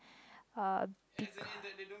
uh because